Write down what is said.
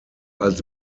als